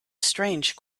strange